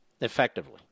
effectively